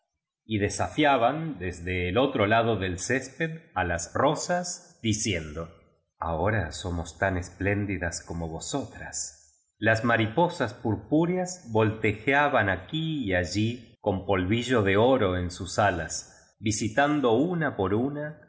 y desafiaban desde el otro lado del césped á las rosas diciendo ahora somos tan espléndidas como vos otras las mariposas purpúreas voltejeaban aquí y allí con polvillo de oro en sus alas visitando una por una